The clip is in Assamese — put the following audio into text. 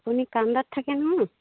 আপুনি কাউণ্টাৰত থাকে নহয় ন